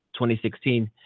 2016